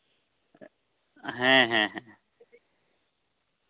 ᱦᱮᱸ ᱦᱮᱸ ᱦᱮᱸ